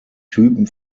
typen